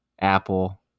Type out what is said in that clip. Apple